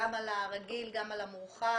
גם על הרגיל וגם על המורחב?